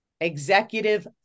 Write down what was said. executive